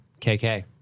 KK